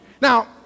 Now